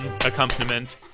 accompaniment